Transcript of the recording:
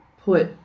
put